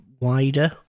wider